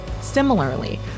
Similarly